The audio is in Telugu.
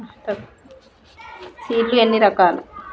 సీడ్ లు ఎన్ని రకాలు?